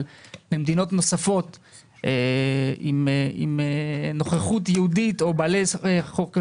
אבל למדינות נוספות עם נוכחות יהודית או בעלי זכות חוק השבות,